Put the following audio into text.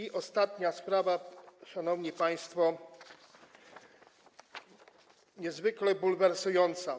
I ostatnia sprawa, szanowni państwo, niezwykle bulwersująca.